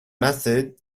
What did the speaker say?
method